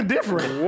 different